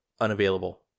Unavailable